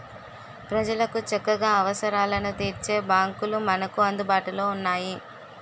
ప్రజలకు చక్కగా అవసరాలను తీర్చే బాంకులు మనకు అందుబాటులో ఉన్నాయి